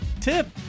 tip